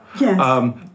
yes